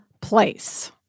place